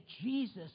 Jesus